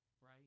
right